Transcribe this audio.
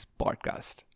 podcast